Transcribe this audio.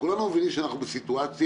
כולנו מבינים שאנחנו בסיטואציה,